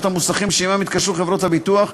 המוסכים שעמם יתקשרו חברות הביטוח,